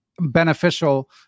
beneficial